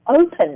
open